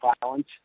violence